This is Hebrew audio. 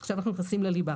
עכשיו אנחנו נכנסים לליבה.